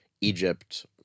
Egypt